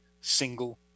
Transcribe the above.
single